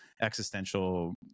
existential